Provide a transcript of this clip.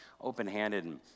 open-handed